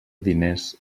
diners